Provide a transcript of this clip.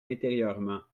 intérieurement